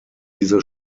diese